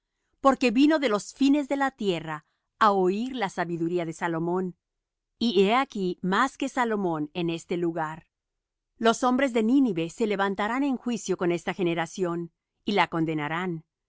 porque vino de los fines de la tierra á oir la sabiduría de salomón y he aquí más que salomón en este lugar los hombres de nínive se levantarán en juicio con esta generación y la condenarán porque á